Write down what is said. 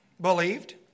believed